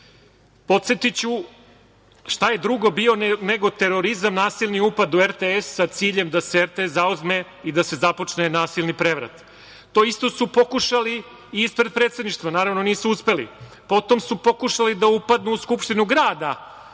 itd. Podsetiću šta je drugo bio nego terorizam, nasilni upad u RTS sa ciljem da se RTS zauzme i da se započne nasilni prevrat. To isto su pokušali i ispred predsedništva. Naravno, nisu uspeli. Potom su pokušali da upadnu u Skupštinu grada